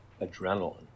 adrenaline